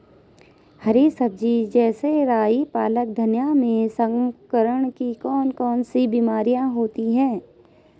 हरी सब्जी जैसे राई पालक धनिया में संक्रमण की कौन कौन सी बीमारियां होती हैं?